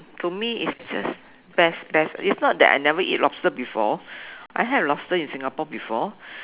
to me it's just best best it's not that I never eat lobster before I had lobster in Singapore before